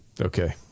Okay